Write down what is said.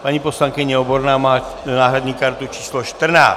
Paní poslankyně Oborná má náhradní kartu číslo 14.